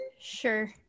sure